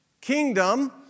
kingdom